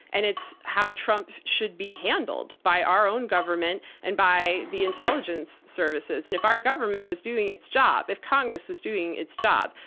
and it's how trump should be handledby our own government and by the intelligence services. and if our government was doing its job, if congress was doing its job,